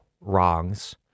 wrongs